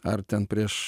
ar ten prieš